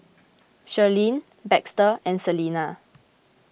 Shirleen Baxter and Celena